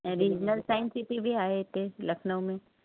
ऐं regional science city बि आहे हिते लखनऊ में